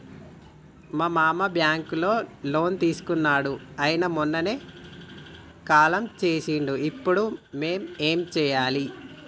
మా మామ బ్యాంక్ లో లోన్ తీసుకున్నడు అయిన మొన్ననే కాలం చేసిండు ఇప్పుడు మేం ఏం చేయాలి?